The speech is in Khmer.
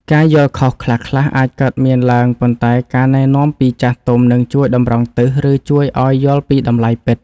ការយល់ខុសខ្លះៗអាចកើតមានឡើងប៉ុន្តែការណែនាំពីចាស់ទុំនឹងជួយតម្រង់ទិស ឬជួយឱ្យយល់ពីតម្លៃពិត។